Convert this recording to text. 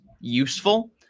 useful